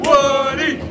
Woody